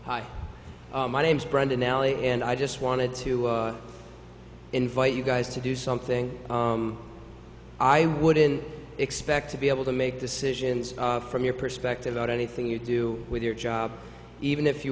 hi my name's brenda nally and i just wanted to invite you guys to do something i wouldn't expect to be able to make decisions from your perspective about anything you do with your job even if you